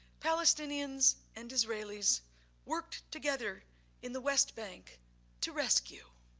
palestinians and israeli's worked together in the west bank to rescue.